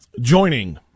joining